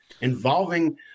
involving